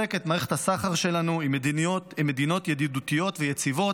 ולחזק את מערכת הסחר שלנו עם מדינות ידידותיות ויציבות,